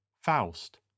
Faust